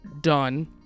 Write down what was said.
done